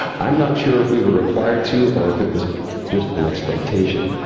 i'm not sure if we were required to, or if it was just an expectation,